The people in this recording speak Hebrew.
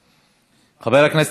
חבר הכנסת יצחק וקנין,